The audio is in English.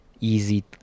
easy